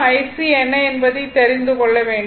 IC என்ன என்பதை தெரிந்து கொள்ள வேண்டும்